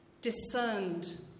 discerned